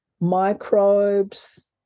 microbes